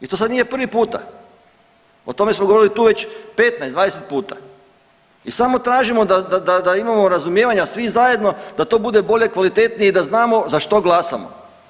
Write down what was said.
I to sad nije prvi puta, o tome smo govorili tu već 15, 20 puta i samo tražimo da imamo razumijevanja svi zajedno da to bude bolje, kvalitetnije i da znamo za što glasamo.